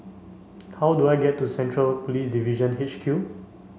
how do I get to Central Police Division H Q